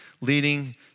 leading